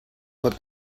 put